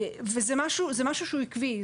זה משהו שהוא עקבי.